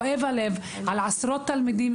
כואב לי הלב על עשרות תלמידים,